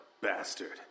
bastard